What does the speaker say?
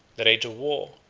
the rage of war,